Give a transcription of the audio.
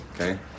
okay